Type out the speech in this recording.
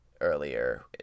earlier